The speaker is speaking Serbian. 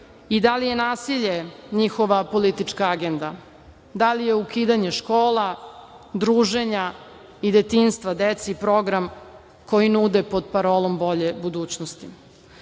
i da li je nasilje njihova politička agenda, da li je ukidanje škola, druženja i detinjstva dece i program koji nude pod parolom bolje budućnosti? Svedočili